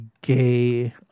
gay